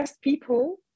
people